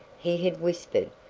he had whispered,